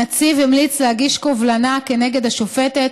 הנציב המליץ להגיש קובלנה כנגד השופטת